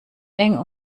eng